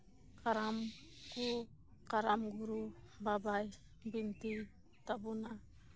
ᱠᱟᱨᱟᱢ ᱠᱚ ᱠᱟᱨᱟᱢ ᱜᱩᱨᱩ ᱵᱟᱵᱟᱭ ᱵᱤᱱᱛᱤ ᱛᱟᱵᱚᱱᱟ